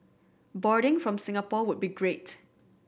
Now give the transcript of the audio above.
boarding from Singapore would be great